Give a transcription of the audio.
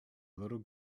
little